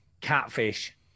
Catfish